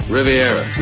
Riviera